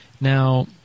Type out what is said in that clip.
Now